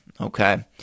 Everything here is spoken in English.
Okay